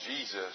Jesus